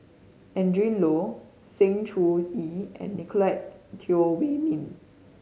Adrin Loi Sng Choon Yee and Nicoletted Teo Wei Min